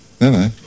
No